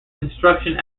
instruction